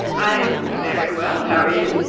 i am very well. how are you?